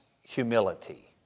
humility